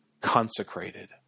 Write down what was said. consecrated